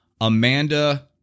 Amanda